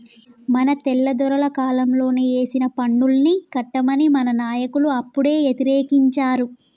మన తెల్లదొరల కాలంలోనే ఏసిన పన్నుల్ని కట్టమని మన నాయకులు అప్పుడే యతిరేకించారు